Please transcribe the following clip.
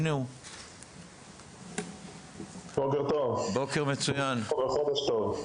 בוקר טוב וחודש טוב.